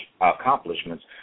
accomplishments